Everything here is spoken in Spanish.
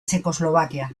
checoslovaquia